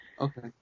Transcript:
Okay